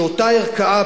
שאותה ערכאה,